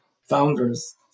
founders